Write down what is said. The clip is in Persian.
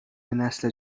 نسل